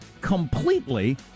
completely